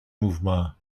mouvement